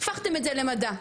הפכתם את זה למדע.